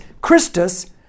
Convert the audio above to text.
Christus